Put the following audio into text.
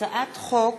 הצעת חוק